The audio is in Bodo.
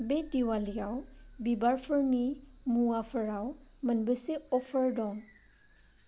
बे दिवालीआव बिबारफोरनि मुवाफोराव मोनबेसे अफार दङ